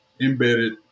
embedded